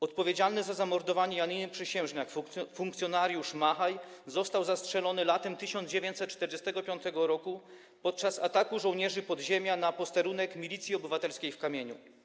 Odpowiedzialny za zamordowanie Janiny Przysiężniak funkcjonariusz Machaj został zastrzelony latem 1945 r. podczas ataku żołnierzy podziemia na posterunek Milicji Obywatelskiej w Kamieniu.